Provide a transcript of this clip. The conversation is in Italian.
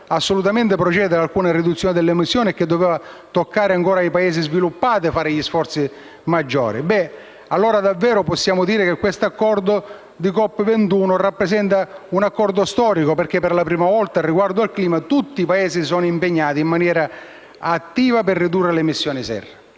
assolutamente procedere ad alcuna riduzione delle emissioni e che toccava ancora ai Paesi sviluppati fare gli sforzi maggiori, allora possiamo dire che l'Accordo di COP21 è davvero storico poiché per la prima volta, riguardo al clima, tutti i Paesi si sono impegnati in maniera attiva per ridurre le emissioni serra.